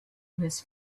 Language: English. his